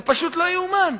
זה פשוט לא ייאמן.